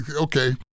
okay